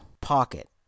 pocket